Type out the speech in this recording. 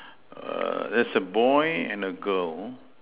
err there's a boy and a girl